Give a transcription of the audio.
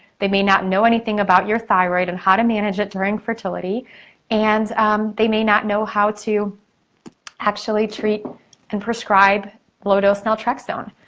they may not know anything about your thyroid and how to manage it during fertility and um they may not know how to actually treat and prescribe low dose naltrexone.